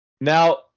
Now